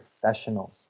professionals